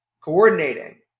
coordinating